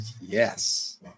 Yes